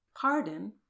Pardon